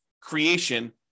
creation